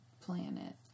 planet